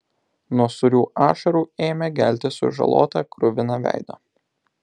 nuo sūrių ašarų ėmė gelti sužalotą kruviną veidą